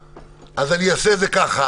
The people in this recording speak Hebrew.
אתכם,